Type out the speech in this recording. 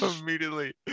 immediately